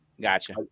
gotcha